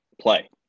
play